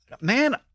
Man